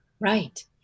Right